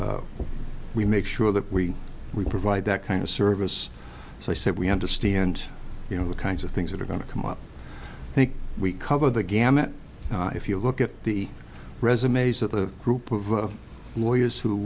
we make sure that we we provide that kind of service so i said we understand you know the kinds of things that are going to come up i think we cover the gamut if you look at the resumes of the group of lawyers